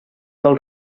del